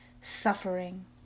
suffering